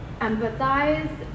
empathize